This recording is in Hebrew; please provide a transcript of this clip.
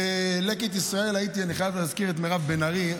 לקט ישראל הייתי, אני חייב להזכיר את מירב בן ארי.